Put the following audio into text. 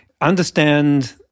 understand